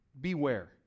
beware